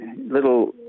little